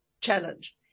challenge